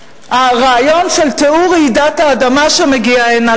הרעיון של תיאור רעידת האדמה שמגיעה הנה,